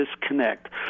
disconnect